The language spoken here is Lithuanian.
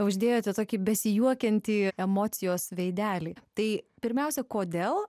uždėjote tokį besijuokiantį emocijos veidelį tai pirmiausia kodėl